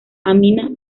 amina